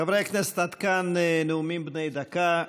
חברי הכנסת, עד כאן נאומים בני דקה.